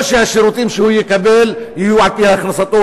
או שהשירותים שהוא יקבל יהיו על-פי הכנסתו,